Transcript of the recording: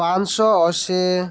ପାଞ୍ଚ ଶହ ଅଶୀ